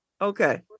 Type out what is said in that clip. Okay